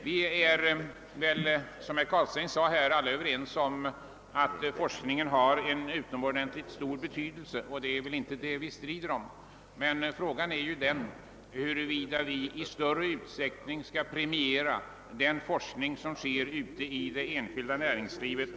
Vi är väl alla, som herr Carlstein sade, överens om att forskningen har utomordentligt stor betydelse — därom står det alltså inte någon strid. Men frågan är huruvida vi i större utsträckning än som nu sker skall premiera den forskning som genomförs ute i det enskilda näringslivet.